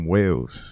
Wales